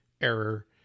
error